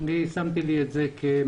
אני שמתי לי את זה כמשימה,